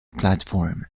platform